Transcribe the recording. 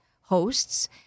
hosts